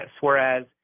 whereas